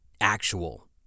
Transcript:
actual